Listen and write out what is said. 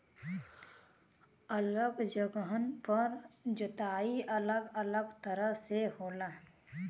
अलग जगहन पर जोताई अलग अलग तरह से होला